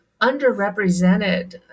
underrepresented